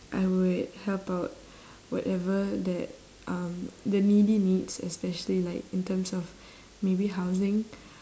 I would help out whatever that um the needy needs especially like in terms of maybe housing